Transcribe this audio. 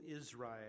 Israel